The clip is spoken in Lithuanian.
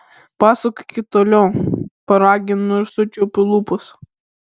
pasakokit toliau paraginu ir sučiaupiu lūpas